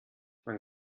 man